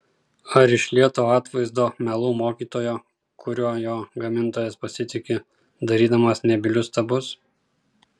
ar iš lieto atvaizdo melų mokytojo kuriuo jo gamintojas pasitiki darydamas nebylius stabus